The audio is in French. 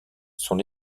sont